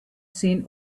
seen